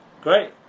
Great